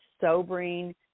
sobering